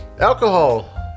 Alcohol